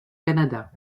canada